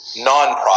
nonprofit